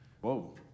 Whoa